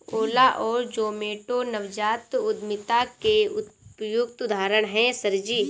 ओला और जोमैटो नवजात उद्यमिता के उपयुक्त उदाहरण है सर जी